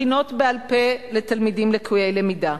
בחינות בעל-פה לתלמידים לקויי למידה,